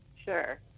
Sure